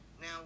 Now